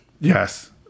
Yes